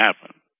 happen